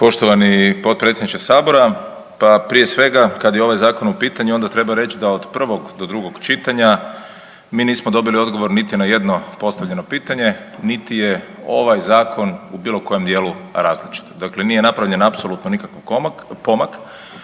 Poštovani potpredsjedniče Sabora, pa prije svega kada je ovaj zakon u pitanju onda treba reći da od prvog do drugog čitanja mi nismo dobili odgovor na niti jedno postavljeno pitanje, niti je ovaj zakon u bilo kojem dijelu različit. Dakle, nije napravljen apsolutno nikakav pomak.